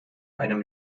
einem